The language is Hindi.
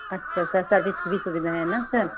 अच्छा सर सर्विस की भी सुबिधा है ना सर